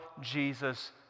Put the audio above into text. Jesus